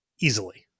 easily